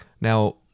Now